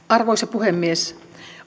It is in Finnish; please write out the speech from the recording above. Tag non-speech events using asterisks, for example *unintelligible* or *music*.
*unintelligible* arvoisa puhemies